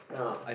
ya